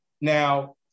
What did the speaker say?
Now